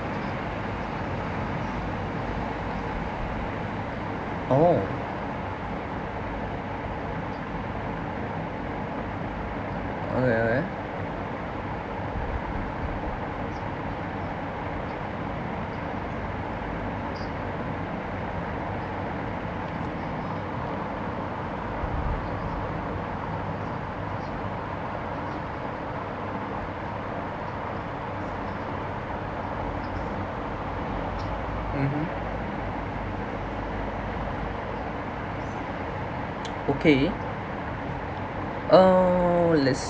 oh oh yeah oh yeah mmhmm okay uh let's